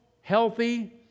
healthy